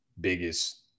biggest